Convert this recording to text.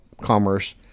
Commerce